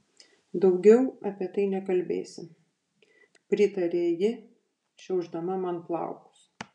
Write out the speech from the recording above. daugiau apie tai nekalbėsim pritarė ji šiaušdama man plaukus